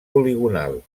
poligonal